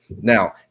Now